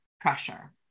pressure